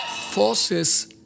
forces